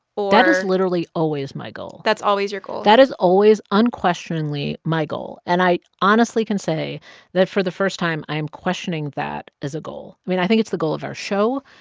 that is literally always my goal that's always your goal that is always, unquestioningly, my goal. and i honestly can say that for the first time, i am questioning that as a goal. i mean, i think it's the goal of our show.